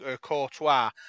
Courtois